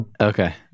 Okay